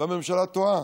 והממשלה טועה.